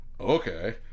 Okay